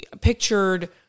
pictured